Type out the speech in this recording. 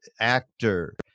actor